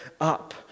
up